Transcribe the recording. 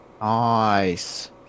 nice